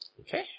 Okay